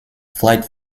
flight